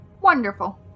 Wonderful